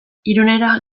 irunera